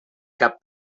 cap